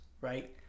Right